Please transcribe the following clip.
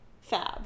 fab